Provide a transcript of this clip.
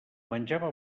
menjava